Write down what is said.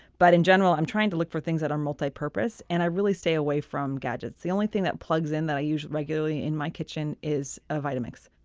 but in general i'm trying to look for things that are multi-purpose and i really stay away from gadgets. the only thing that plugs in that i use regularly in my kitchen is a vitamix